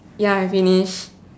ya I finish